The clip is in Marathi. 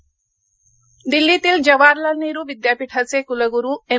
जेएनय् दिल्लीतील जवाहरलाल नेहरु विद्यापीठाचे कुलगुरू एम